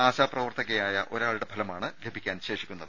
ആശാപ്രവർത്തകയായ ഒരാളുടെ ഫലമാണ് ലഭിക്കാൻ ശേഷിക്കുന്നത്